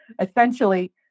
Essentially